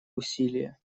усилия